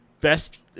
best